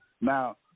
Now